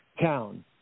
town